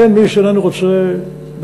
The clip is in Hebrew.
אין מי שאיננו רוצה בכך.